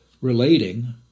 relating